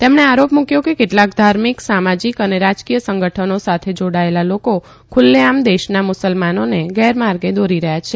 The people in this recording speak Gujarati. તેમણે આરોપ મૂક્યો કે કેટલાંક ધાર્મિક સામાજિક અને રાજકીય સંગઠનો સાથે જોડાયેલા લોકો ખુલ્લેઆમ દેશના મુસલમાનોને ગેરમાર્ગે દોરી રહ્યા છે